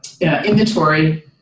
inventory